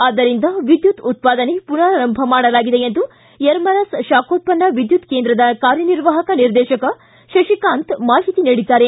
ಆದ್ದರಿಂದ ವಿದ್ಯುತ್ ಉತ್ಪಾದನೆ ಪುನಾರಂಭ ಮಾಡಲಾಗಿದೆ ಎಂದು ಯರಮರಸ್ ಶಾಖೋತ್ಪನ್ನ ವಿದ್ಯುತ್ ಕೇಂದ್ರದ ಕಾರ್ಯನಿರ್ವಾಹಕ ನಿರ್ದೇಶಕ ಶಶಿಕಾಂತ ಮಾಹಿತಿ ನೀಡಿದ್ದಾರೆ